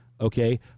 Okay